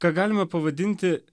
ką galime pavadinti